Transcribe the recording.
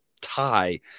tie